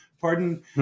Pardon